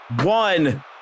One